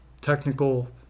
technical